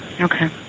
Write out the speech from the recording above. Okay